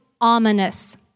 ominous